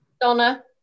Donna